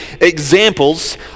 examples